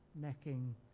necking